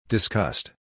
Discussed